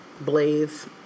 Blaze